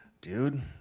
Dude